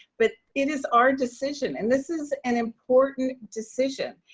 but it is our decision. and this is an important decision.